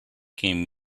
came